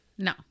No